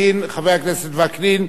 להרחיב בבקשה.